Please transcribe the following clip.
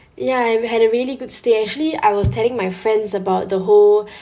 ya I had a really good stay actually I was telling my friends about the whole